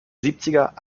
siebziger